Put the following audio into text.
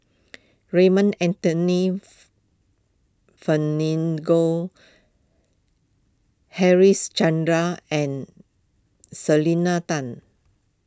Raymond Anthony fen ling go Harichandra and Selena Tan